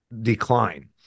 decline